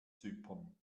zypern